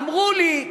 אמרו לי,